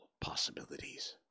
possibilities